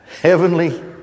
heavenly